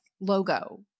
logo